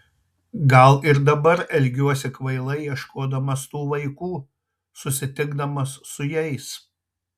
gal ir dabar elgiuosi kvailai ieškodamas tų vaikų susitikdamas su jais